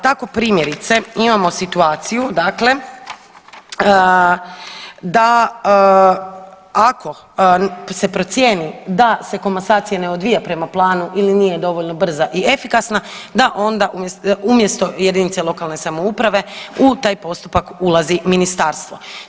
Tako primjerice imamo situaciju dakle da ako se procijeni da se komasacija ne odvija prema planu ili nije dovoljno brza i efikasna da onda umjesto jedinice lokalne samouprave u taj postupak ulazi ministarstvo.